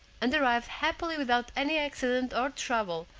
and arrived happily without any accident or trouble,